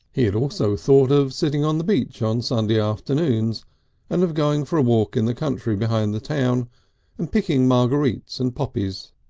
he had also thought of sitting on the beach on sunday afternoons and of going for a walk in the country behind the town and picking marguerites and poppies.